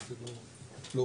כי זה לא ראוי.